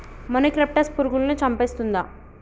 మొనిక్రప్టస్ పురుగులను చంపేస్తుందా?